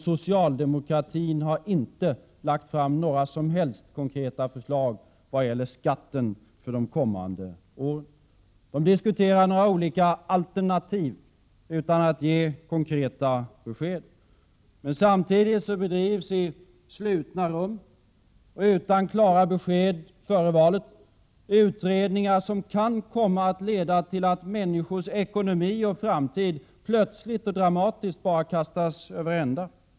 Socialdemokraterna har inte lagt fram några som helst konkreta förslag vad gäller skatten för de kommande åren. De diskuterar några olika alternativ utan att ge konkreta besked. Samtidigt bedrivs i slutna rum — utan att klara besked ges före valet — utredningar som kan komma att leda till att människors ekonomi och framtid plötsligt och dramatiskt bara kastas över ända.